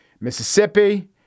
Mississippi